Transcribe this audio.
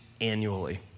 annually